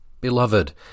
Beloved